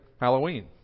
Halloween